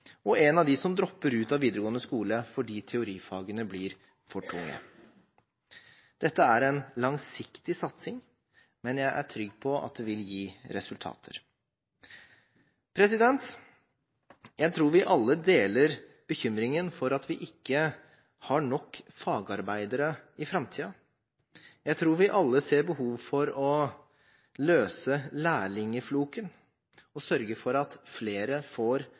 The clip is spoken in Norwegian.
og som en av dem som dropper ut av videregående skole fordi teorifagene blir for tunge. Dette er en langsiktig satsing, men jeg er trygg på at det vil gi resultater. Jeg tror vi alle deler bekymringen for at vi ikke har nok fagarbeidere i framtiden. Jeg tror vi alle ser behov for å løse lærlingfloken og sørge for at flere får